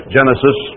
Genesis